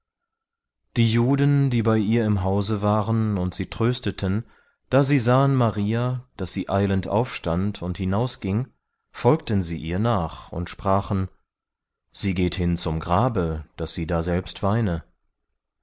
die juden die bei ihr im haus waren und sie trösteten da sie sahen maria daß sie eilend aufstand und hinausging folgten sie ihr nach und sprachen sie geht hin zum grabe daß sie daselbst weine